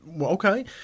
okay